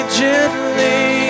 gently